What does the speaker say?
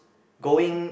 going